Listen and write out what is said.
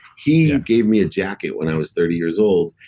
he gave me a jacket when i was thirty years old,